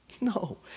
No